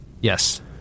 Yes